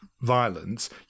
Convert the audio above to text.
violence